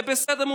זה בסדר,